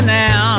now